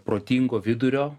protingo vidurio